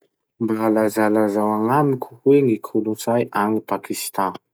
Mba lazalazao agnamiko hoe ny kolotsay agny Pakistan?